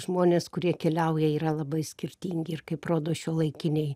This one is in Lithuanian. žmonės kurie keliauja yra labai skirtingi ir kaip rodo šiuolaikiniai